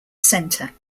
centre